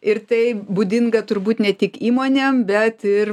ir tai būdinga turbūt ne tik įmonėm bet ir